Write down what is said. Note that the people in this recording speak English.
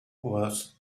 was